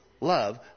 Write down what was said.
love